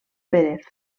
pérez